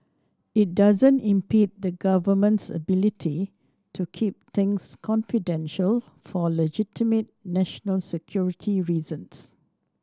it doesn't impede the Government's ability to keep things confidential for legitimate national security reasons